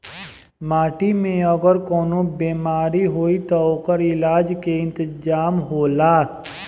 माटी में अगर कवनो बेमारी होई त ओकर इलाज के इंतजाम होला